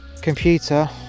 computer